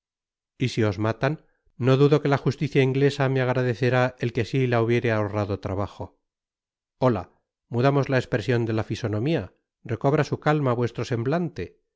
y si os matan no dudo que la justicia inglesa me agradecerá el que asi la hubiere ahorrado trabajo ola mudamos la espresion de la fisonomia recobra sq calma vuestro semblante